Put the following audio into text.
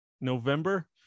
November